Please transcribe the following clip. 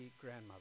grandmother